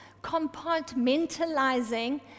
compartmentalizing